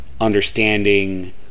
understanding